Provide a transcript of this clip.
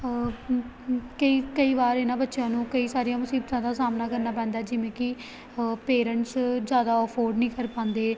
ਹੂੰ ਹੂੰ ਕਈ ਕਈ ਵਾਰ ਇਹਨਾਂ ਬੱਚਿਆਂ ਨੂੰ ਕਈ ਸਾਰੀਆਂ ਮੁਸੀਬਤਾਂ ਦਾ ਸਾਹਮਣਾ ਕਰਨਾ ਪੈਂਦਾ ਜਿਵੇਂ ਕਿ ਹ ਪੇਰੈਂਟਸ ਜ਼ਿਆਦਾ ਅਫੋਰਡ ਨਹੀਂ ਕਰ ਪਾਉਂਦੇ